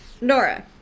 Nora